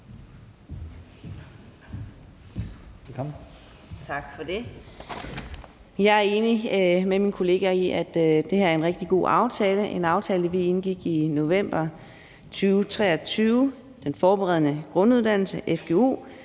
Tak for det. Jeg er enig med mine kollegaer i, at det her er en rigtig god aftale. Det var en aftale, vi indgik i november 2023 om den forberedende grunduddannelse, fgu,